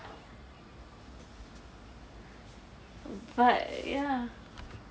but ya